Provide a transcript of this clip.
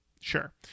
Sure